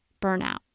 burnout